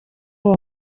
uwo